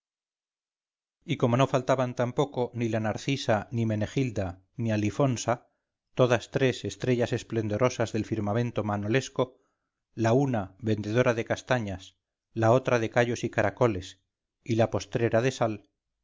y como no faltaban tampoco ni la narcisa ni menegilda ni alifonsa todas tres estrellas esplendorosas del firmamento manolesco la una vendedora de castañas la otra de callos y caracoles y la postrera de sal